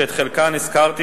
שאת חלקן הזכרתי,